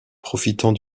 profitant